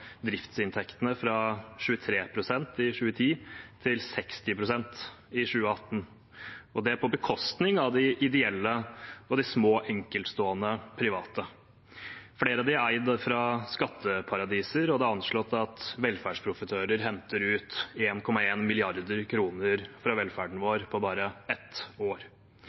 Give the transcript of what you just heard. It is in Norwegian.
driftsinntektene fra 23 pst. i 2010 til 60 pst. i 2018, og det er på bekostning av de ideelle og de små enkeltstående private. Flere av dem er eid fra skatteparadiser, og det er anslått at velferdsprofitører henter ut 1,1 mrd. kr fra velferden vår på bare ett år.